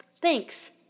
thanks